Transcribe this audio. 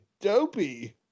Dopey